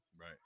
Right